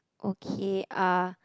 okay ah